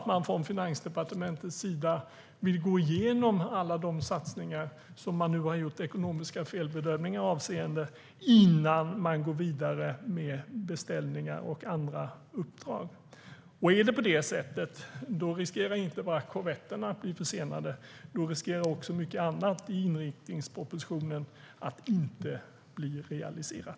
Man vill från Finansdepartementets sida gå igenom alla de satsningar som nu har gjorts avseende ekonomiska felbedömningar innan man går vidare med beställningar och andra uppdrag. Är det på det sättet riskerar inte bara korvetterna att bli försenade. Då riskerar också mycket annat i inriktningspropositionen att inte bli realiserat.